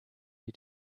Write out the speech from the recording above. you